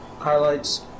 highlights